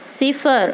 صِفر